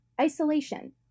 isolation